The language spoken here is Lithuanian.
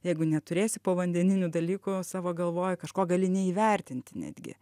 jeigu neturėsi povandeninių dalykų savo galvoje kažko gali neįvertinti netgi